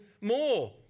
more